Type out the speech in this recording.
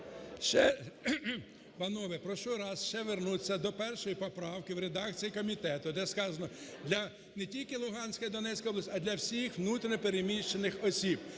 панове… прошу ще раз вернутися до першої поправки в редакції комітету, де сказано не тільки Луганська і Донецька область, а для всіх внутрішньо переміщених осіб,